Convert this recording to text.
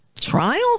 trial